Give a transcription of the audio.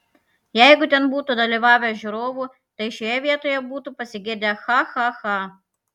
jeigu ten būtų dalyvavę žiūrovų tai šioje vietoje būtų pasigirdę cha cha cha